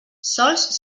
sols